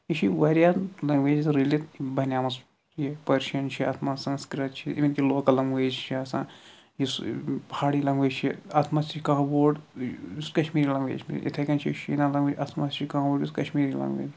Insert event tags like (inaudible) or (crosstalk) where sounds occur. یہِ چھِ واریاہ لَنٛگویج رٔلِتھ بنیمٕژ یہِ پٔرشَن چھِ اَتھ منٛز سَنَسکِرٛت چھِ اِوٕن یہِ لوکَل لَنٛگویج چھِ آسان یُس پہاڑی لَنگویج چھِ اَتھ منٛز تہِ چھِ کانٛہہ وٲڈ یُس کشمیٖری لَنٛگویج یِتھَے کٔنۍ چھِ شِنا لَنٛگویج اَتھ منٛز چھِ کانٛہہ وٲڈ یُس کشمیٖری (unintelligible)